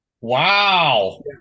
Wow